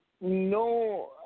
No